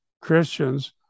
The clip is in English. Christians